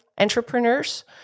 entrepreneurs